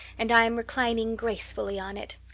and i am reclining gracefully on it.